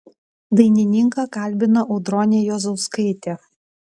dainininką kalbina audronė juozauskaitė